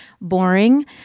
boring